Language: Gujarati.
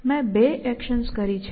મેં બે એક્શન્સ કરી છે